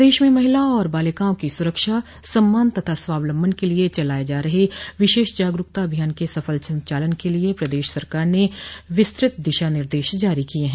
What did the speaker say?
प्रदेश में महिला और बालिकाओं की सुरक्षा सम्मान तथा स्वावलंबन के लिए चलाये जा रहे विशेष जागरूकता अभियान के सफल संचालन के लिए प्रदेश सरकार ने विस्तृत दिशा निर्देश जारी किये हैं